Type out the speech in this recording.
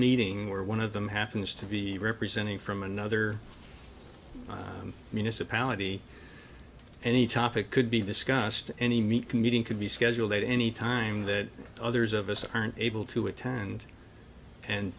needing or one of them happens to be representing from another municipality any topic could be discussed any meat can meeting could be scheduled at any time that others of us aren't able to attend and